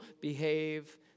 behave